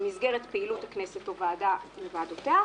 במסגרת פעילות הכנסת או ועדה מוועדותיה,